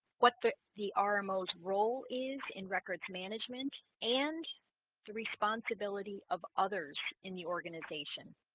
what the the um rmo's role is in records management and the responsibilities of others in the organization